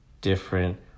different